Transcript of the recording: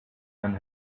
and